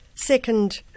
second